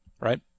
right